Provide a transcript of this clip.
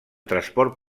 transport